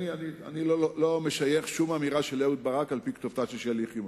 אני לא משייך שום אמירה של אהוד ברק על-פי כתובתה של שלי יחימוביץ.